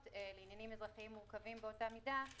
לעניינים אזרחיים מורכבים באותה מידה,